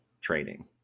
training